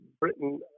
britain